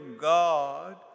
God